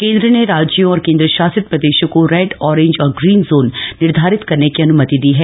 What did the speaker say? केन्द्र ने राज्यों और केन्द्रशासित प्रदेशों को रेड ऑरेंज और ग्रीन जोन निर्धारित करने की अन्मति दी है